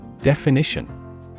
Definition